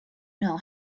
know